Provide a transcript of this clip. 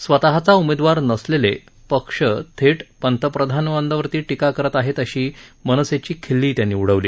स्वत चा उमेदवार नसलेले पक्ष थेट पंतप्रधानांवर टीका करत आहेत अशी मनसेची खिल्लीही त्यांनी उडवली